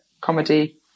comedy